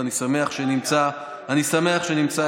ואני שמח שנמצא הסדר,